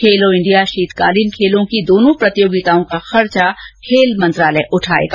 खेलो India शीतकालीन खेलों की दोनों प्रतियोगिताओं का खर्चा खेल मंत्रालय उठाएगा